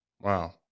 Wow